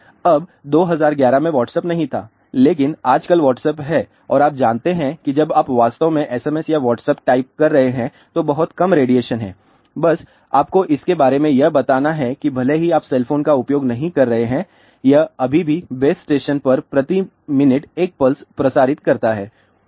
अब 2011 में व्हाट्सएप नहीं था लेकिन आजकल व्हाट्सएप है और आप जानते हैं कि जब आप वास्तव में SMS या व्हाट्सएप टाइप कर रहे हैं तो बहुत कम रेडिएशन है बस आपको इसके बारे यह बताना है कि भले ही आप सेल फोन का उपयोग नहीं कर रहे हैं यह अभी भी बेस स्टेशन पर प्रति मिनट 1 पल्स प्रसारित करता है